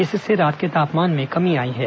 इससे रात के तापमान में कमी आई है